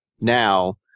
now